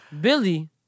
Billy